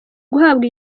guhabwa